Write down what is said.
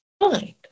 mind